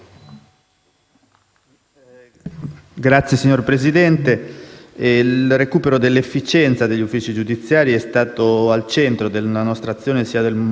Signor Presidente, il recupero dell'efficienza degli uffici giudiziari è stato al centro della nostra azione sin dal momento dell'insediamento del Governo.